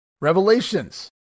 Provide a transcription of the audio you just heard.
Revelations